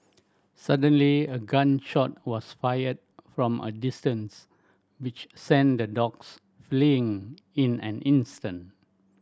suddenly a gun shot was fired from a distance which sent the dogs fleeing in an instant